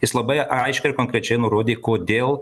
jis labai aiškiai ir konkrečiai nurodė kodėl